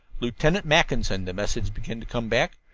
lieutenant mackinson, the message began to come back.